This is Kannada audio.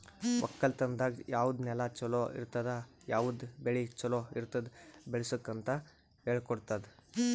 ಒಕ್ಕಲತನದಾಗ್ ಯಾವುದ್ ನೆಲ ಛಲೋ ಇರ್ತುದ, ಯಾವುದ್ ಬೆಳಿ ಛಲೋ ಇರ್ತುದ್ ಬೆಳಸುಕ್ ಅಂತ್ ಹೇಳ್ಕೊಡತ್ತುದ್